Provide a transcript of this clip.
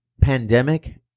pandemic